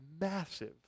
massive